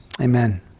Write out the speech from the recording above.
amen